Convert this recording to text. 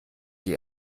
die